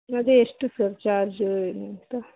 ಅದೇ ಎಷ್ಟು surcharge ಏನಂತ